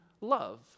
love